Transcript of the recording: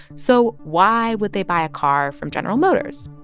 so why would they buy a car from general motors?